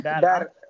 Dar